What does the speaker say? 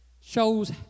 Shows